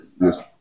Yes